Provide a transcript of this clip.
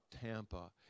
Tampa